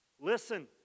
listen